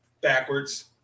backwards